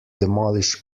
demolish